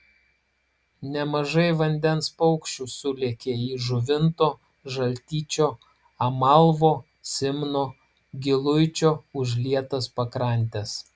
nemažai vandens paukščių sulėkė į žuvinto žaltyčio amalvo simno giluičio užlietas pakrantes